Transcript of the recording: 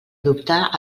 adoptar